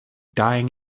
dying